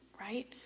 right